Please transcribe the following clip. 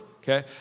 okay